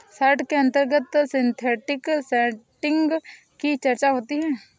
short के अंतर्गत synthetic setting की चर्चा होती है